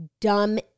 dumb